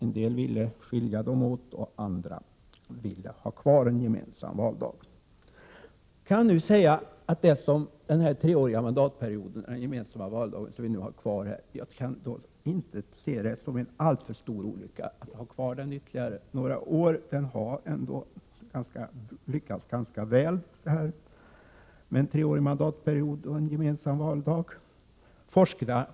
En del ville skilja valen åt, och andra ville ha kvar den gemensamma valdagen. Att ha kvar den treåriga mandatperioden och den gemensamma valdagen ytterligare några år kan jag inte se som någon alltför stor olycka. Vi har ändå lyckats ganska väl med treårig mandatperiod och gemensam valdag.